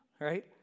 right